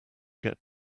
get